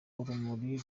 urumuri